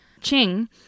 Ching